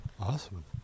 Awesome